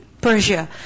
Persia